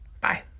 Bye